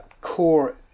core